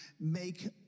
make